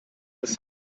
das